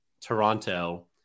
Toronto